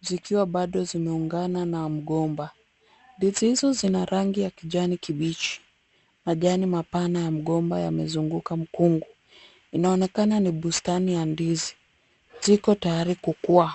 zikiwa bado zimeungana na mgomba. Ndizi hizo zina rangi ya kijani kibichi. Majani mapana ya mgomba yamezunguka mkungu. Inaonekana ni bustani ya ndizi. Ziko tayari kukua.